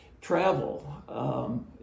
travel